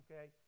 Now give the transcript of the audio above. okay